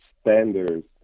standards